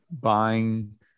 buying